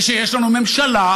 ושיש לנו ממשלה,